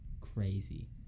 crazy